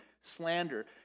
slander